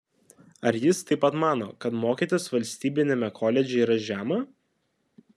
ar jis taip pat mano kad mokytis valstybiniame koledže yra žema